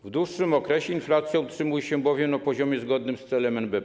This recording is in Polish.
W dłuższym okresie inflacja utrzymuje się bowiem na poziomie zgodnym z celem NBP.